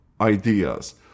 ideas